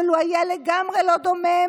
אבל הוא היה לגמרי לא דומם,